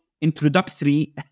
introductory